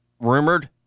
rumored